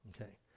Okay